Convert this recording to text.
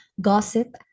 Gossip